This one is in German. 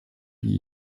die